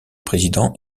président